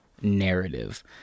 narrative